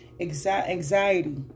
anxiety